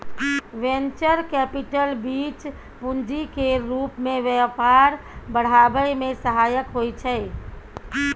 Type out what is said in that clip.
venture capital बीज पूंजी केर रूप मे व्यापार बढ़ाबै मे सहायक होइ छै